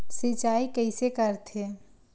सिंचाई कइसे करथे?